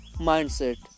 mindset